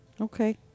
Okay